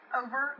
over